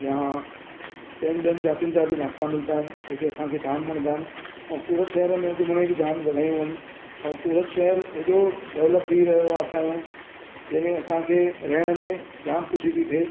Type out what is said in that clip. या तीअंनि ॿियनि जातीनि जा बि नाश्ता मिलंदा आहिनि जेके असांखे जामु वणंदा आहिनि ऐं सूरत शहर में घुमण बि जामु जॻहियूं आहिनि ऐं सूरत शहर हेॾो डेवल्प थी रहियो आहे असांजों जंहिंमें असांखे रहण में जामु ख़ुशी थी थिए